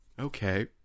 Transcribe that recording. okay